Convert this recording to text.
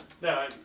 No